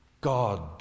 God